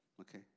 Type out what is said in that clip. Okay